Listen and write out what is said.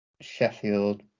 Sheffield